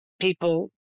people